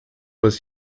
was